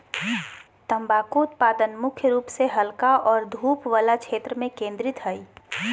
तम्बाकू उत्पादन मुख्य रूप से हल्का और धूप वला क्षेत्र में केंद्रित हइ